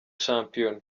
shampiyona